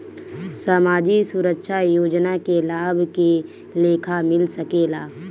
सामाजिक सुरक्षा योजना के लाभ के लेखा मिल सके ला?